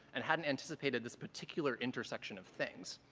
and hadn't anticipated this particular intersection of things.